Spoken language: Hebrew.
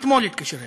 אתמול הוא התקשר אלי,